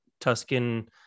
Tuscan